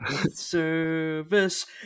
service